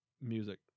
music